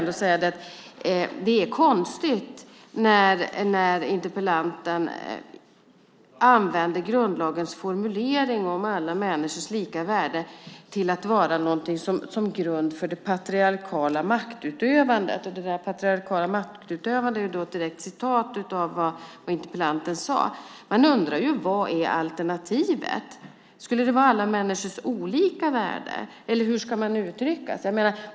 Det är konstigt när interpellanten använder grundlagens formulering om alla människors lika värde till grund för det patriarkala maktutövandet. Och uttrycket det patriarkala maktutövandet är ett citat av vad interpellanten sade. Man undrar: Vad är alternativet? Skulle det vara alla människors olika värde, eller hur ska man uttrycka sig?